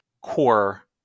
core